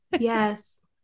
Yes